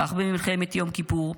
כך במלחמת יום כיפור,